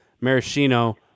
maraschino